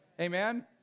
Amen